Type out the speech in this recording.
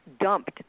dumped